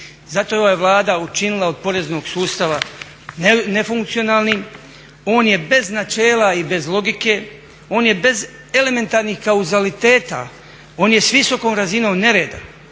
Zato je ova Vlada učinila od poreznog sustava nefunkcionalni, on je bez načela i bez logike, on je bez elementarnih kauzaliteta, on je s visokom razinom nereda